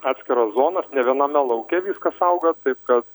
atskiras zonas ne viename lauke viskas auga taip kad